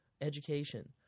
education